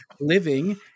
living